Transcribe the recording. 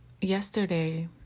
yesterday